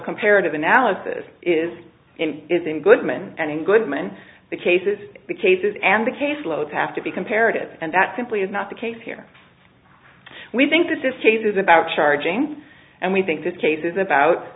comparative analysis is is in goodman and goodman the cases the cases and the caseload have to be comparative and that simply is not the case here we think this is cases about charging and we think this case is about